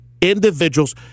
individuals